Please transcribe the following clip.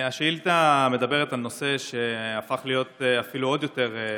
השאילתה מדברת על נושא שהפך להיות אפילו עוד יותר,